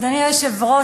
אדוני היושב-ראש,